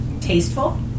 Tasteful